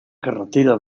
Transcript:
carretera